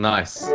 Nice